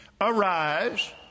Arise